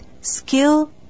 skill